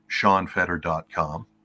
seanfetter.com